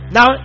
Now